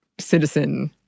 citizen